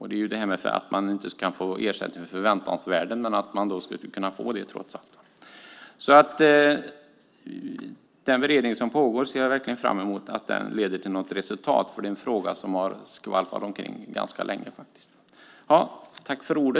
Det handlar om att man inte kan få ersättning för förväntningsvärden men att man trots allt skulle kunna få det. Jag ser verkligen fram emot att den beredning som pågår leder till något resultat eftersom det är en fråga som har skvalpat omkring ganska länge.